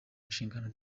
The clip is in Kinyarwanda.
nshingano